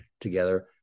together